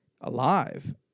alive